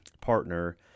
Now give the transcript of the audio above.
partner